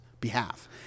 behalf